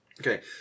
Okay